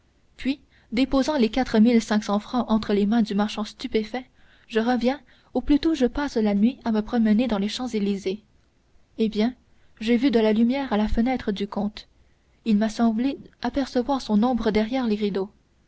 puis déposant les quatre mille cinq cents francs entre les mains du marchand stupéfait je reviens ou plutôt je passe la nuit à me promener dans les champs-élysées eh bien j'ai vu de la lumière à la fenêtre du comte il m'a semblé apercevoir son ombre derrière les rideaux